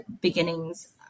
beginnings